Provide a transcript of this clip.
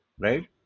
Right